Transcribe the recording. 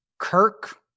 Kirk